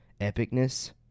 epicness